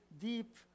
deep